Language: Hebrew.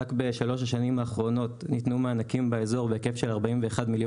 רק בשלוש השנים האחרונות ניתנו מענקים באזור בהיקף של 41,000,000